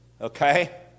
okay